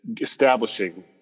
establishing